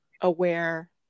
aware